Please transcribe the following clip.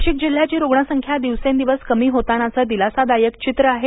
नाशिक जिल्ह्याची रुग्णसंख्या दिवसेंदिवस कमी होतानाचे दिलासदायक चित्र आहे